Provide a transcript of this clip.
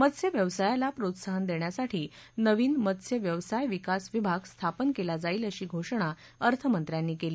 मत्स्य व्यवसायाला प्रोत्साहन देण्यासाठी नवीन मत्स्य व्यवसाय विकास विभाग स्थापन केला जाईल अशी घोषणा अर्थमंत्र्यांनी केली